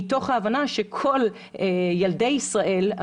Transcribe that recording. מתוך ההבנה שכל ילדי ישראל,